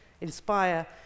inspire